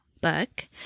book